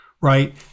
right